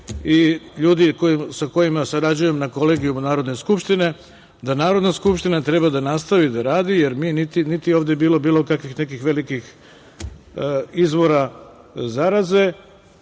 i ljudi sa kojima sarađujem na kolegijumu Narodne skupštine, da Narodna skupština treba da nastavi da radi, jer niti je ovde bilo bilo kakvih nekih velikih izvora zaraze,